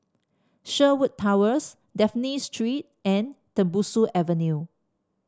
Sherwood Towers Dafne Street and Tembusu Avenue